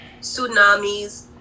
tsunamis